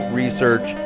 research